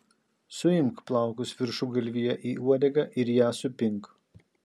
suimk plaukus viršugalvyje į uodegą ir ją supink